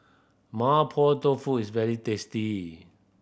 Mapo Tofu is very tasty